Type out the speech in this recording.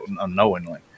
unknowingly